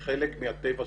וזה חלק מהטבע שלו.